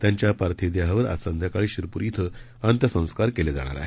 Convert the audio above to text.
त्यांच्या पार्थिव देहावर आज संध्याकाळी शिरपूर अंत्यसंस्कार करण्यात येणार आहेत